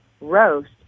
roast